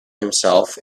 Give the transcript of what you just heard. himself